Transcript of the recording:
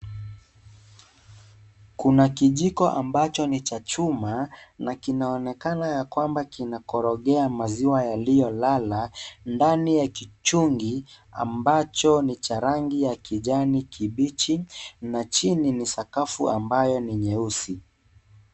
Kuna kijiko ambacho ni cha chuma, na kinaonekana ya kwamba kinakorogea maziwa yaliyolala, ndani ya kichungi ambacho ni cha rangi ya kijani kibichi, na chini ni sakafu ambayo ni nyeusi.